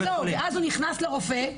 אז הוא נכנס לרופא,